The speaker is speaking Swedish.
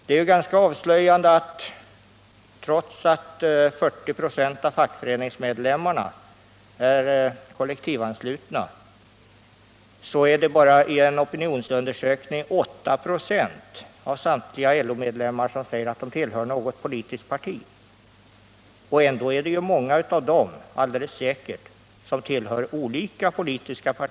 Enligt en opinionsundersökning uppger bara 896 av samtliga LO medlemmar att de tillhör något politiskt parti. Många av dessa tillhör andra politiska partier än det socialdemokratiska. Detta är ganska avslöjande med tanke på att 40 96 av fackföreningsmedlemmarna är kollektivanslutna.